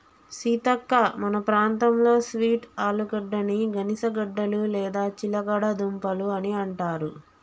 సీతక్క మన ప్రాంతంలో స్వీట్ ఆలుగడ్డని గనిసగడ్డలు లేదా చిలగడ దుంపలు అని అంటారు